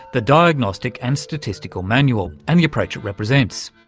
the diagnostic and statistical manual, and the approach it represents.